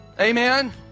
Amen